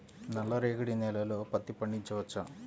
నల్ల రేగడి నేలలో పత్తి పండించవచ్చా?